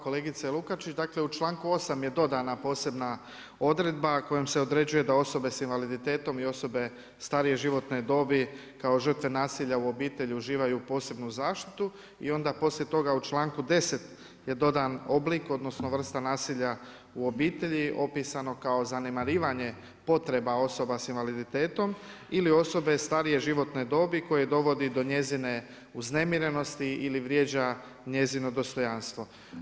Kolegice Lukačić, da kle u članku 8. je dodana posebna odredba kojom se određuje da osobe sa invaliditetom i osobe starije životne dobi kao žrtve nasilja u obitelji uživaju posebnu zaštitu, i onda polije toga u članku 10. je dodan oblik, odnosno vrsta nasilja u obitelji, opisanog kao zanemarivanje potreba osoba s invaliditetom ili osobe starije životne dobi koje dovodi do njezine uznemirenosti ili vrijeđa njezino dostojanstvo.